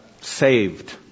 saved